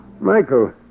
Michael